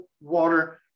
water